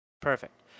Perfect